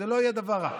זה לא יהיה דבר רע.